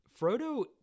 Frodo